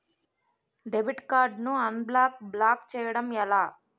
Debit card ను unblock block చేయటం ఎలా?